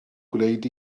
gwneud